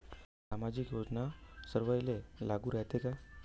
सामाजिक योजना सर्वाईले लागू रायते काय?